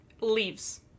Leaves